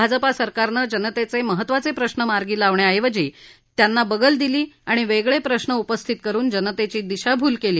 भाजपा सरकारनं जनतेचे महत्त्वाचे प्रश्रं मार्गी लावण्याऐवजी त्यांना बगल दिली आणि वेगळे प्रश्रक उपस्थित करून जनतेची दिशाभूल केली